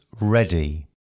ready